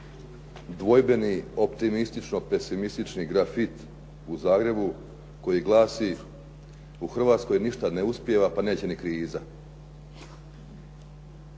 dvojbeni optimistično-pesimistični grafit u Zagrebu koji glasi: "U Hrvatskoj ništa ne uspijeva pa neće ni kriza."